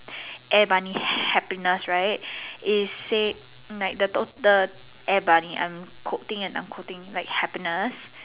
air bunny happiness right is said like the total the air bunny I'm quoting and unquoting like happiness